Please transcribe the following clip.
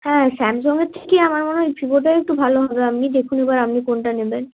হ্যাঁ স্যামসংয়ের থেকে আমার মনে হয় ভিভোটা একটু ভালো হবে আপনি দেখুন এবার আপনি কোনটা নেবেন